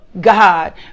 God